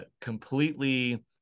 completely